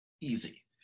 easy